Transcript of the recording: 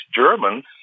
Germans